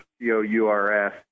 C-O-U-R-S